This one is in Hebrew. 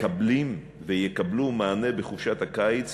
מקבלים ויקבלו מענה בחופשת הקיץ